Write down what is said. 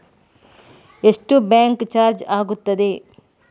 ಎಷ್ಟು bank charge ಆಗುತ್ತದೆ?